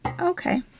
Okay